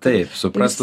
taip suprastų